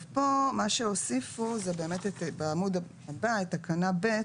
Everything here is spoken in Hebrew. פה מה שהוסיפו זה את תקנה (ב),